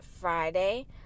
Friday